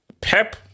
Pep